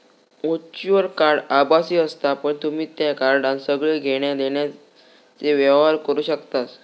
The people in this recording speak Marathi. वर्च्युअल कार्ड आभासी असता पण तुम्ही त्या कार्डान सगळे घेण्या देण्याचे व्यवहार करू शकतास